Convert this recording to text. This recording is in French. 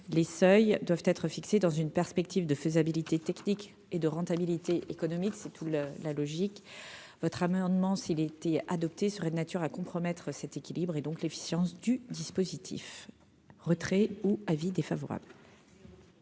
les seuils doivent être fixés dans une perspective de faisabilité technique et de rentabilité économique, c'est tout le la logique votre amendement s'il était adopté, serait de nature à compromettre cet équilibre, et donc l'efficience du dispositif retrait ou avis défavorable.